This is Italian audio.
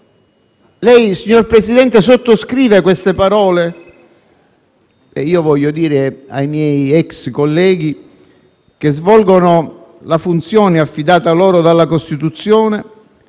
Lei, signor Presidente, sottoscrive queste parole? Voglio dire ai miei ex colleghi che svolgono la funzione affidata loro dalla Costituzione